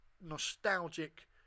nostalgic